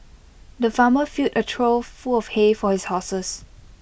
the farmer filled A trough full of hay for his horses